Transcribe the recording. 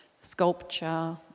sculpture